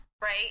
right